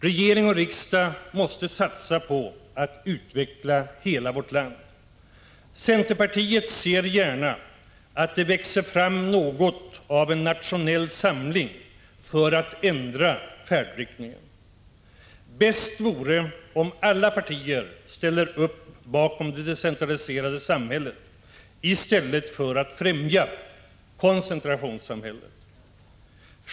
Regering och riksdag måste satsa på att utveckla hela vårt land. Centerpartiet ser gärna att det växer fram något av en nationell samling för att ändra färdriktningen. Bäst vore om alla partier ställer upp bakom det decentraliserade samhället i stället för att främja koncentrationssamhället.